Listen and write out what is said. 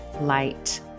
light